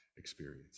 Experience